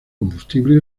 combustible